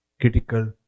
critical